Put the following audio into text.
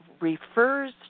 refers